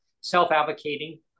self-advocating